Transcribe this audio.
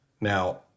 Now